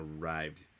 arrived